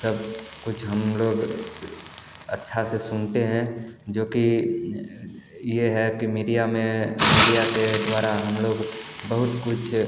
सब कुछ हम लोग अच्छे से सुनते हैं जो कि यह है कि मीडिया में मीडिया के द्वारा हम लोग बहुत कुछ